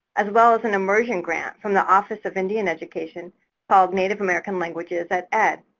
as well as an immersion grant from the office of indian education called native american languages at ed.